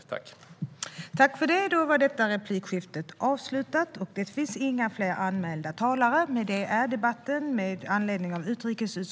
Kommissionens arbets-program 2017